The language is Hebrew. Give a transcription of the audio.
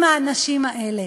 עם "האנשים האלה".